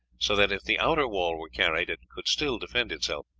so that if the outer wall were carried it could still defend itself.